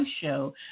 show